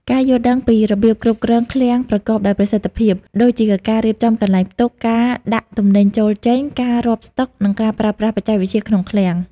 ការយល់ដឹងពីរបៀបគ្រប់គ្រងឃ្លាំងប្រកបដោយប្រសិទ្ធភាព ដូចជាការរៀបចំកន្លែងផ្ទុក ការដាក់ទំនិញចូល-ចេញ ការរាប់ស្តុក និងការប្រើប្រាស់បច្ចេកវិទ្យាក្នុងឃ្លាំង។